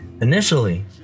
Initially